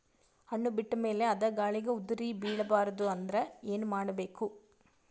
ಹಣ್ಣು ಬಿಟ್ಟ ಮೇಲೆ ಅದ ಗಾಳಿಗ ಉದರಿಬೀಳಬಾರದು ಅಂದ್ರ ಏನ ಮಾಡಬೇಕು?